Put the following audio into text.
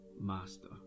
Master